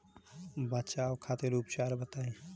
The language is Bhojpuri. बचाव खातिर उपचार बताई?